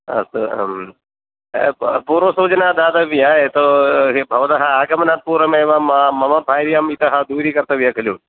अस्तु पूर्वसूचना दातव्या यतोहि भवतः आगमनात् पूर्वमेव मम भार्याम् इतः दूरीकर्तव्यः खलु